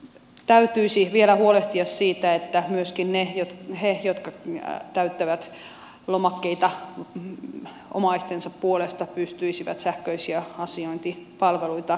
täytyisi vielä huolehtia siitä että myöskin ne jotka täyttävät lomakkeita omaistensa puolesta pystyisivät sähköisiä asiointipalveluita käyttämään